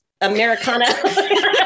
Americana